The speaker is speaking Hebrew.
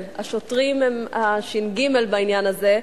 השוטרים הם הש"ג בעניין הזה,